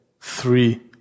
three